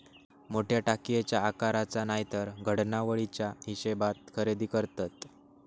मोठ्या टाकयेच्या आकाराचा नायतर घडणावळीच्या हिशेबात खरेदी करतत